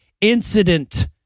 incident